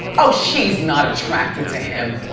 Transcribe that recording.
oh, she's not attracted to him.